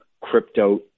crypto